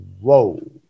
whoa